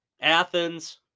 Athens